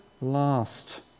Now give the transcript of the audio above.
Last